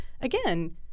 again